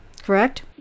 Correct